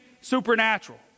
supernatural